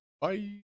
Bye